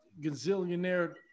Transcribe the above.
gazillionaire